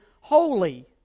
holy